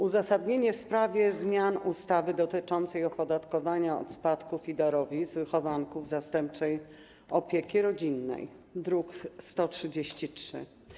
Uzasadnienie w sprawie zmian ustawowych dotyczących opodatkowania od spadków i darowizn wychowanków zastępczej opieki rodzinnej, druk nr 133.